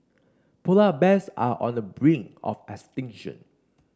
polar bears are on the brink of extinction